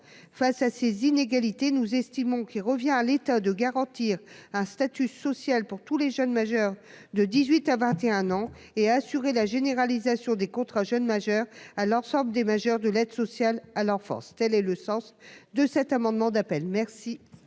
face à ces inégalités, nous estimons qu'il revient à l'État de garantir un statut social pour tous les jeunes majeurs de 18 à 21 ans et à assurer la généralisation des contrats jeunes majeurs à l'ensemble des majeurs de l'aide sociale à l'enfance telle et le sens de cet amendement d'appel merci.